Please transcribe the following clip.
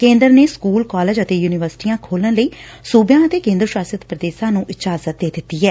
ਕੇਂਦਰ ਨੇ school college ਅਤੇ ਯੁਨੀਵਰਸਿਟੀਆਂ ਖੋਲੁਣ ਲਈ ਸੁਬਿਆਂ ਅਤੇ ਕੇਂਦਰ ਸ਼ਾਸਤ ਪ੍ਰਦੇਸ਼ਾਂ ਨੂੰ ਇਜਾਜ਼ਤ ਦਿੱਤੀ ਐ